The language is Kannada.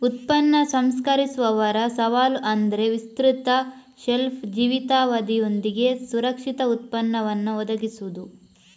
ಉತ್ಪನ್ನ ಸಂಸ್ಕರಿಸುವವರ ಸವಾಲು ಅಂದ್ರೆ ವಿಸ್ತೃತ ಶೆಲ್ಫ್ ಜೀವಿತಾವಧಿಯೊಂದಿಗೆ ಸುರಕ್ಷಿತ ಉತ್ಪನ್ನವನ್ನ ಒದಗಿಸುದು